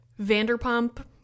Vanderpump